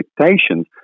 expectations